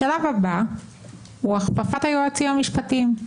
השלב הבא הוא הכפפת היועצים המשפטיים.